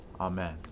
Amen